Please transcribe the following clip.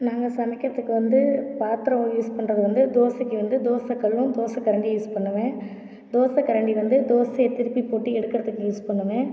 நாங்கள் சமைக்கிறதுக்கு வந்து பாத்திரம் யூஸ் பண்ணுறது வந்து தோசைக்கு வந்து தோசை கல்லும் தோசை கரண்டியும் யூஸ் பண்ணுவேன் தோசை கரண்டி வந்து தோசையை திருப்பி போட்டு எடுக்கிறதுக்கு யூஸ் பண்ணுவேன்